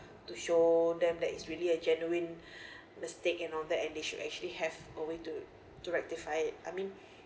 to show them that it's really a genuine mistake and all that and they should actually have a way to to rectify I mean